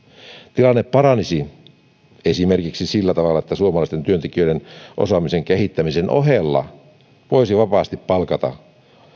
tilanne paranisi esimerkiksi sillä tavalla että suomalaisten työntekijöiden osaamisen kehittämisen ohella voisi vapaasti palkata